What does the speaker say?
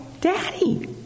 daddy